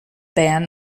ban